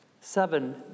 Seven